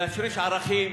להשריש ערכים